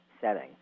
setting